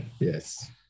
Yes